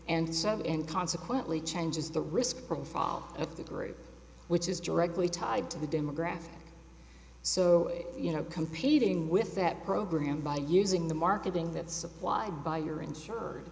seven and consequently changes the risk profile of the group which is directly tied to the demographics so you know competing with that program by using the marketing that supplied by your insure